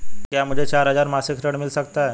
क्या मुझे चार हजार मासिक ऋण मिल सकता है?